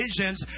visions